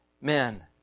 men